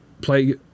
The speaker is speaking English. play